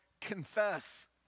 confess